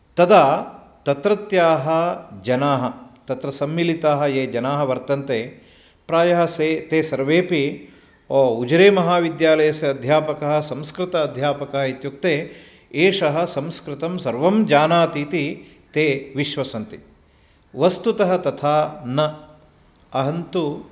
तदा तत्रत्याः जनाः तत्र सम्मिलिताः जनाः ये वर्तन्ते प्रायः से ते सर्वेपि ओ उजिरेमहाविद्यालयस्य अध्यापकः संस्कृत अध्यापकः इत्युक्ते एषः संस्कृतं सर्वं जानाति इति ते विश्वसन्ति वस्तुतः तथा न अहं तु